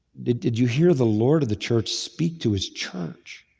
did did you hear the lord of the church speak to his church?